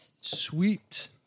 Sweet